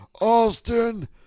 Austin